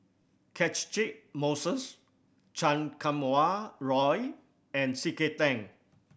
Catchick Moses Chan Kum Wah Roy and C K Tang